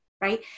Right